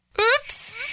Oops